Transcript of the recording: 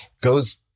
goes